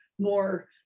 more